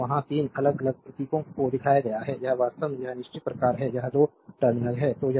तो वहाँ 3 अलग अलग प्रतीकों को दिखाया गया है यह वास्तव में यह निश्चित प्रकार है यह 2 टर्मिनल हैं